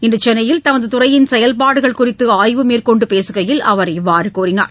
இன்று சென்னையில் தமது துறையின் செயல்பாடுகள் குறித்து அய்வு மேற்கொண்டு பேசுகையில் அவர் இவ்வாறு கூறினார்